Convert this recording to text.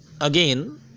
Again